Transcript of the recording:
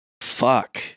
fuck